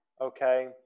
okay